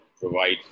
provide